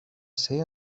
ser